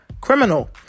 criminal